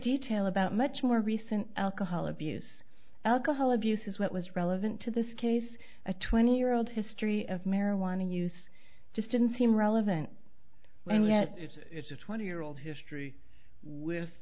detail about much more recent alcohol abuse alcohol abuse is what was relevant to this case a twenty year old history of marijuana use just didn't seem relevant when we had it's a twenty year old history with